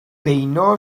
beuno